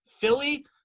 Philly